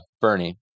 Bernie